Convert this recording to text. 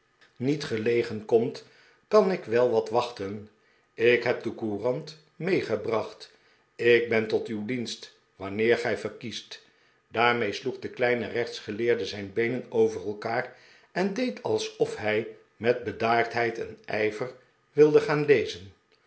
niet gelegen komt kan ik wel wat wachten ik heb de courant meegebracht ik ben tot uw dienst wanneer gij verkiest daarmee sloeg de kleine rechtsgeleerde zijn beenen over elkaar en deed alsof hij met bedaardheid en ijver wilde gaan lezen